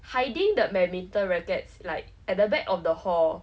hiding the badminton rackets like at the back of the hall